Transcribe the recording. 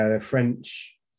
French